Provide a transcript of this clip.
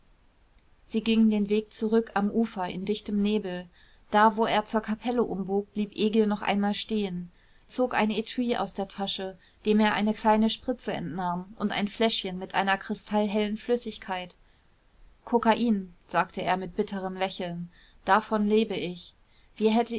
sie gingen den weg zurück am ufer in dichtem nebel da wo er zur kapelle umbog blieb egil noch einmal stehen zog ein etui aus der tasche dem er eine kleine spritze entnahm und ein fläschchen mit einer kristallhellen flüssigkeit kokain sagte er mit bitterem lächeln davon lebe ich wie hätte